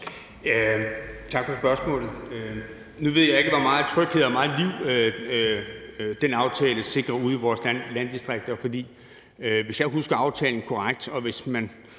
Tak for spørgsmålet. Nu ved jeg ikke, hvor meget tryghed og liv den aftale sikrer ude i vores landdistrikter, for hvis jeg husker aftalen korrekt, så synes